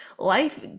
Life